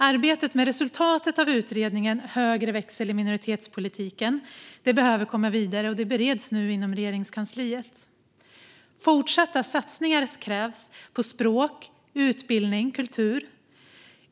Arbetet med resultatet av utredningen Högre växel i minoritetspolitiken behöver komma vidare, och detta bereds nu inom Regeringskansliet. Fortsatta satsningar krävs på språk, utbildning och kultur.